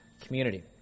community